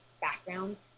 background